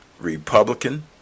Republican